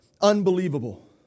unbelievable